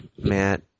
Matt